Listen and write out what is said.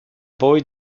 boy